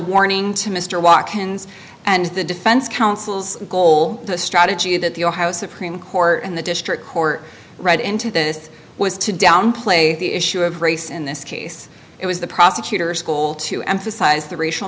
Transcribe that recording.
warning to mr watkins and the defense counsel's goal the strategy that the ohio supreme court and the district court read into this was to downplay the issue of race in this case it was the prosecutor school to emphasize the racial